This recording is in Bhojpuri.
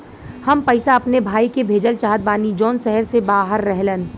हम पैसा अपने भाई के भेजल चाहत बानी जौन शहर से बाहर रहेलन